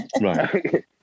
right